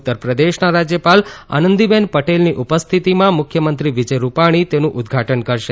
ઉત્તરપ્રદેશના રાજયપાલ આનંદીબેન પટેલની ઉપસ્થિતિમાં મુખ્યમંત્રી વિજય રૂપાણી તેનું ઉદઘાટન કરશે